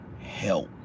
help